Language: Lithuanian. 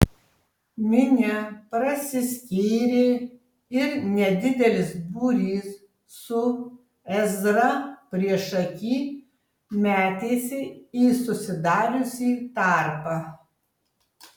minia prasiskyrė ir nedidelis būrys su ezra priešaky metėsi į susidariusį tarpą